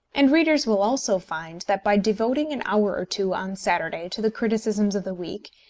and readers will also find that by devoting an hour or two on saturday to the criticisms of the week,